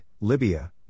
Libya